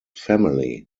family